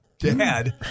dad